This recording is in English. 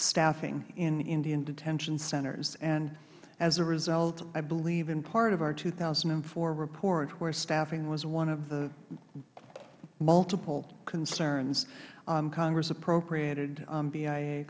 staffing in indian detention centers and as a result i believe in part of our two thousand and four report where staffing was one of the multiple concerns congress appropriated